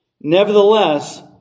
nevertheless